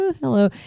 hello